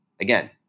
Again